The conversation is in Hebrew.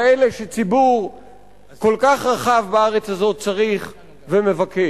כאלה שציבור כל כך רחב בארץ הזאת צריך ומבקש.